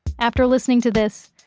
after listening to this,